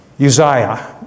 Uzziah